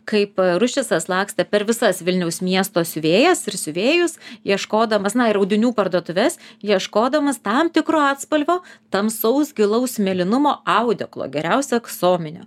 kaip ruščicas lakstė per visas vilniaus miesto siuvėjas ir siuvėjus ieškodamas na ir audinių parduotuves ieškodamas tam tikro atspalvio tamsaus gilaus mėlynumo audeklo geriausia aksominio